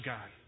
God